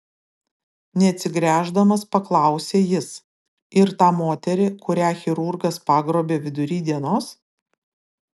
neatsigręždamas paklausė jis ir tą moterį kurią chirurgas pagrobė vidury dienos